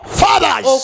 fathers